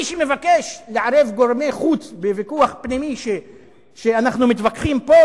מי שמבקש לערב גורמי חוץ בוויכוח פנימי שאנחנו מתווכחים פה,